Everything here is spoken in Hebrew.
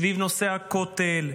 סביב נושא הכותל,